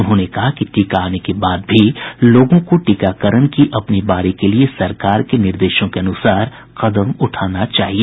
उन्होंने कहा कि टीका आने के बाद भी लोगों को टीकाकरण की अपनी बारी के लिए सरकार के निर्देशों के अनुसार कदम उठाना चाहिए